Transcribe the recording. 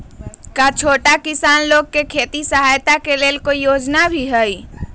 का छोटा किसान लोग के खेती सहायता के लेंल कोई योजना भी हई?